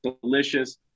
delicious